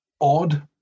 odd